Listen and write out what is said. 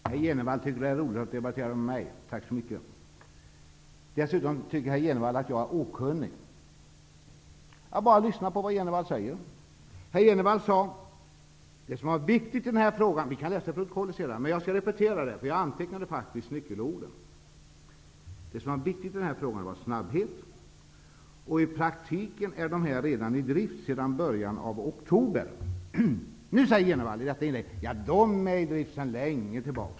Herr talman! Bo Jenevall tycker att det är roligt att debattera med mig. Tack så mycket. Dessutom tycker herr Jenevall att jag är okunnig. Jag lyssnar bara på vad Jenevall säger. Vi kan läsa det i protokollet sedan, men jag repeterar det, eftersom jag faktiskt noterade nyckelorden. Han sade att det som var viktigt i denna fråga var snabbhet och att de här företagen i praktiken redan var i drift sedan början av oktober. Nu sade Jenevall i det senaste inlägget att de minsann är i drift sedan länge.